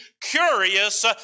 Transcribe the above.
curious